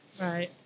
Right